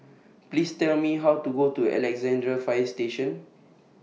Please Tell Me How to get to Alexandra Fire Station